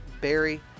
Barry